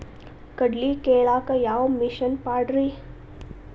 ಕಡ್ಲಿ ಕೇಳಾಕ ಯಾವ ಮಿಷನ್ ಪಾಡ್ರಿ?